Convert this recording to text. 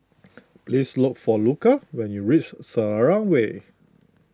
please look for Luca when you reach Selarang Way